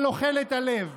אבל אוכל את הלב.